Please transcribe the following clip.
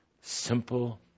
simple